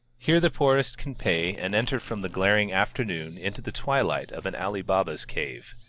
here the poorest can pay and enter from the glaring afternoon into the twilight of an ali baba's cave.